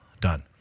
done